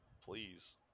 please